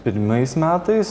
pirmais metais